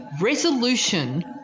resolution